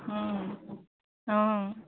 অঁ